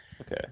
okay